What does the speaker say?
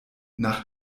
nach